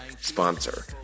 sponsor